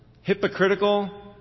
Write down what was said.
hypocritical